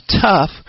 tough